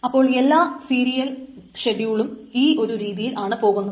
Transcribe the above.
അപ്പോൾ എല്ലാ സീരിയൽ ഷെഡ്യൂളും ഈ ഒരു രീതിയിൽ ആണ് പോകുന്നത്